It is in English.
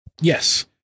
yes